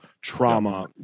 trauma